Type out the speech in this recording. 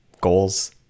Goals